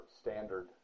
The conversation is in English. standard